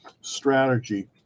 strategy